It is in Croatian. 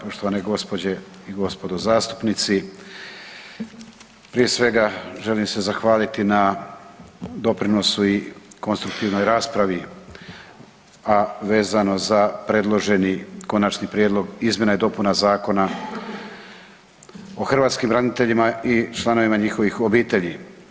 Poštovane gospođe i gospodo zastupnici, prije svega želim se zahvaliti na doprinosu i konstruktivnoj raspravi, a vezano za predloženi Konačni prijedlog izmjena i dopuna Zakona o hrvatskim braniteljima i članovima njihovih obitelji.